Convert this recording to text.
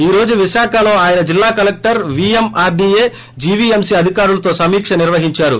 ఈ రోజు విశాఖలో ఆయన జిల్లా కలెక్లర్ వీఎంఆర్డీఏ జీవీఎంసీ అధికారులతో సమిక్ష నిర్వహించారు